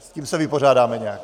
Tím se vypořádáme nějak.